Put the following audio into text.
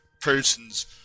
person's